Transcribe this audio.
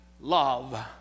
love